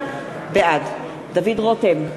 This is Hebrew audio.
בעד דוד רותם,